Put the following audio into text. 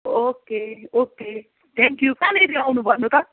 okay okay thank you कहाँनेरि आउनु भन्नु त